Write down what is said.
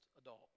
adult